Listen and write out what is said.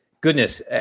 goodness